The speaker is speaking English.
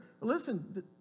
Listen